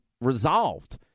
resolved